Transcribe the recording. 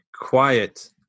quiet